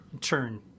turn